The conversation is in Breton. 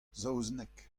saozneg